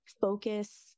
focus